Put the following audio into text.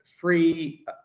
free